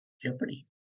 Jeopardy